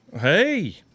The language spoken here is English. Hey